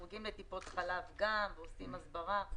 אנחנו עובדים גם בטיפות חלב ועושים הסברה.